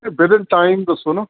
ਨਹੀਂ within time ਦੱਸੋ ਨਾ